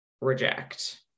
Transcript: reject